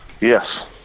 yes